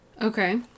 Okay